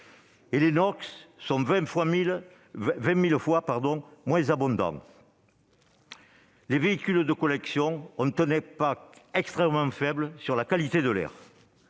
ils sont 20 000 fois moins abondants. Les véhicules de collection ont un impact extrêmement faible sur la qualité de l'air.